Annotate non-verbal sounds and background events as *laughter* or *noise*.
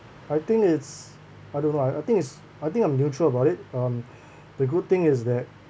I think it's I don't know I I think it's I think I'm neutral about it um *breath* the good thing is that